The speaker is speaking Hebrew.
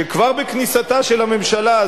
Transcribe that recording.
שכבר בכניסתה של הממשלה,